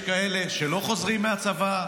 יש כאלה שלא חוזרים מהצבא,